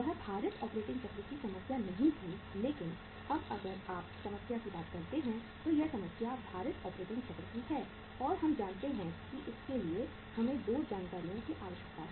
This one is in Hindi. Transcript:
वह भारित ऑपरेटिंग चक्र की समस्या नहीं थी लेकिन अब अगर आप समस्या की बात करते हैं तो यह समस्या भारित ऑपरेटिंग चक्र की है और हम जानते हैं कि इसके लिए हमें 2 जानकारियों की आवश्यकता है